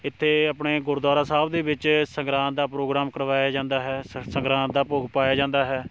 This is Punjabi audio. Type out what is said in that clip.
ਇੱਥੇ ਆਪਣੇ ਗੁਰਦੁਆਰਾ ਸਾਹਿਬ ਦੇ ਵਿੱਚ ਸੰਗਰਾਂਦ ਦਾ ਪ੍ਰੋਗਰਾਮ ਕਰਵਾਇਆ ਜਾਂਦਾ ਹੈ ਸ ਸੰਗਰਾਂਦ ਦਾ ਭੋਗ ਪਾਇਆ ਜਾਂਦਾ ਹੈ